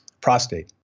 prostate